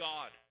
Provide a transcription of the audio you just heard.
God